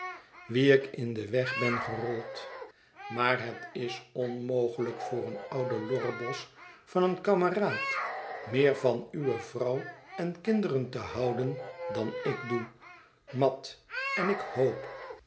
wien ik in den weg ben gerold maar het is onmogelijk voor een ouden lorrebos van een kameraad meer van uwe vrouw en kinderen te houden dan ik doe mat en ik hoop